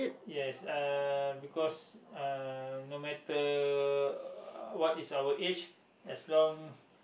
yes uh because uh no matter what is our age as long